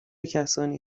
کسانی